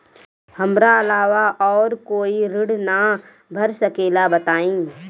हमरा अलावा और कोई ऋण ना भर सकेला बताई?